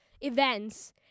events